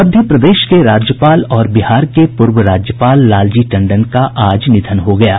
मध्य प्रदेश के राज्यपाल और बिहार के पूर्व राज्यपाल लालजी टंडन का आज निधन हो गया है